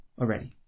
already